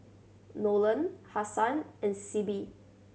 Nolen Hassan and Sibbie